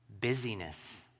busyness